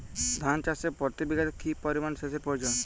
ধান চাষে প্রতি বিঘাতে কি পরিমান সেচের প্রয়োজন?